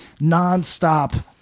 nonstop